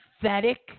pathetic